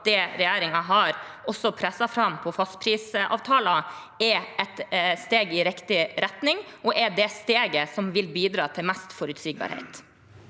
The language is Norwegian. også at det regjeringen har presset fram når det gjelder fastprisavtaler, er et steg i riktig retning – og det steget som vil bidra til mest forutsigbarhet.